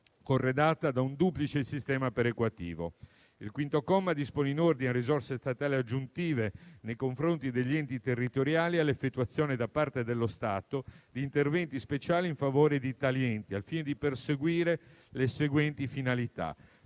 corredata da un duplice sistema perequativo. Il quinto comma dispone in ordine a risorse statali aggiuntive nei confronti degli enti territoriali e all'effettuazione, da parte dello Stato, di interventi speciali in favore di tali enti, al fine di perseguire le seguenti finalità: